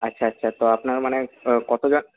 আচ্ছা আচ্ছা তো আপনার মানে কতজন